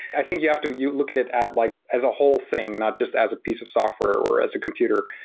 i think you have to look at it at like as a whole thing, not just as a piece of software or as a computer,